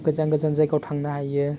गोजान गोजान जायगायाव थांनो हायो